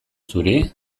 zuri